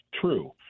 true